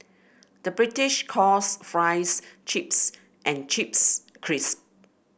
the British calls fries chips and chips crisps